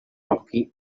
occhi